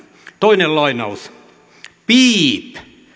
toinen lainaus piip